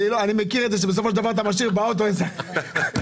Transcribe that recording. אני הרי נגד כל מיסוי ואני בעד השפעה באמצעות חינוך.